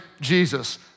Jesus